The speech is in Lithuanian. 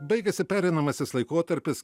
baigiasi pereinamasis laikotarpis